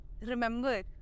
remember